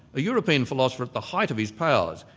a european philosopher at the height of his powers,